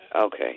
Okay